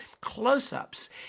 close-ups